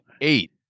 eight